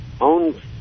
own